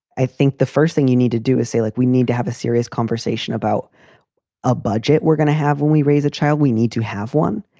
i think the first thing you need to do is say, look, like we need to have a serious conversation about a budget. we're gonna have when we raise a child, we need to have one.